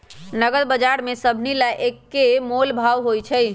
नगद बजार में सभनि ला एक्के मोलभाव होई छई